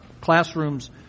classrooms